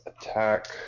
attack